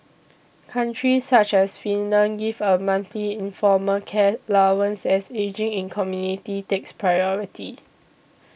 countries such as Finland give a monthly informal care allowance as ageing in community takes priority